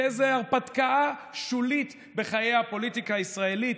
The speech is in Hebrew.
כאיזו הרפתקה שולית בחיי הפוליטיקה הישראלית,